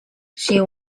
she